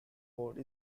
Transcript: mode